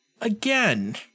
again